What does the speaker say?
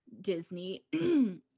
disney